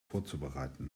vorzubereiten